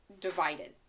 divided